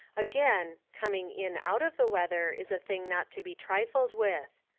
again coming in out of the weather is a thing not to be trifled with.